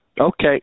Okay